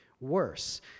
worse